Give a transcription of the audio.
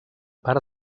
part